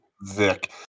Vic